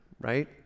right